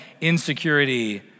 insecurity